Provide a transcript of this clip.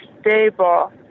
stable